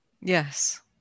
Yes